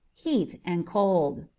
heat, and cold.